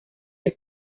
del